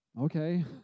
Okay